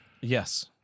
Yes